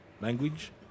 language